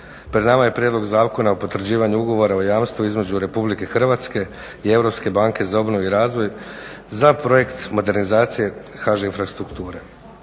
Pred nama je Prijedlog zakona o potvrđivanju Ugovora o jamstvu između Republike Hrvatske i Europske banke za obnovu i razvoj za projekt modernizacije HŽ-Infrastrukture.